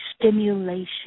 stimulation